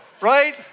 Right